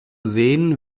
sehen